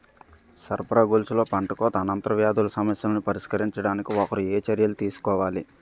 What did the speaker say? సరఫరా గొలుసులో పంటకోత అనంతర వ్యాధుల సమస్యలను పరిష్కరించడానికి ఒకరు ఏ చర్యలు తీసుకోవాలి?